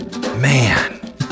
Man